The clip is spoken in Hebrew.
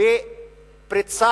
כאן